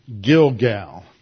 Gilgal